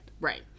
Right